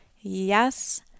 Yes